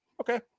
Okay